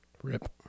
Rip